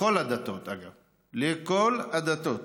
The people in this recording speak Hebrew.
לכל הדתות, אגב, לכל הדתות.